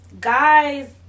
Guys